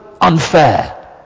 unfair